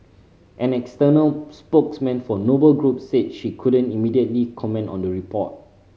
an external spokesman for Noble Group said she couldn't immediately comment on the report